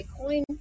Bitcoin